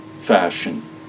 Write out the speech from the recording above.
fashion